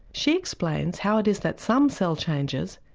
she explains how it is that some cell changes,